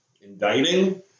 indicting